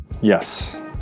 Yes